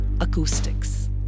Acoustics